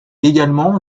également